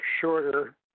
shorter